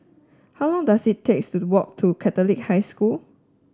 how long does it takes to walk to Catholic High School